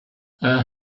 her